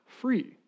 free